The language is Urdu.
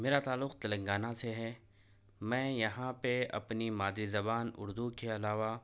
میرا تعلق تلنگانہ سے ہے میں یہاں پہ اپنی مادری زبان اردو کے علاوہ